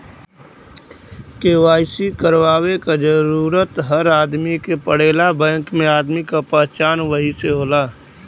KYC करवाये क जरूरत हर आदमी के पड़ेला बैंक में आदमी क पहचान वही से होला